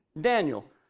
Daniel